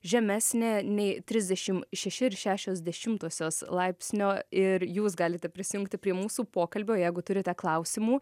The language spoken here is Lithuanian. žemesnė nei trisdešim šeši ir šešios dešimtosios laipsnio ir jūs galite prisijungti prie mūsų pokalbio jeigu turite klausimų